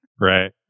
Right